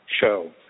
show